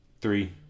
Three